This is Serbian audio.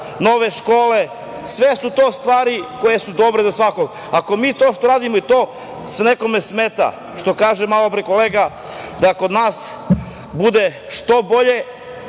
nove škole. Sve su to stvari koje su dobre za svakog. Ako mi to što radimo i to nekome smeta, što kaže malopre kolega, da kod nas bude što bolje